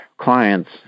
clients